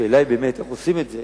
השאלה היא באמת איך עושים את זה